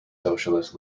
socialist